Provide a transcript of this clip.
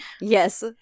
Yes